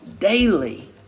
daily